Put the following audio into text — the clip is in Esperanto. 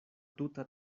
tuta